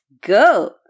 go